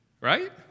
Right